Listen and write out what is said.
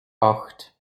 acht